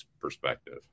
perspective